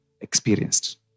experienced